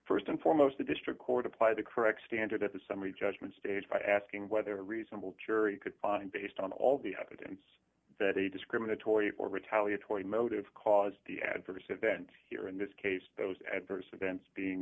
affirmed st and foremost the district court apply the correct standard at the summary judgment stage by asking whether a reasonable cherry could find based on all the evidence that a discriminatory or retaliatory motive caused the adverse events here in this case those adverse events being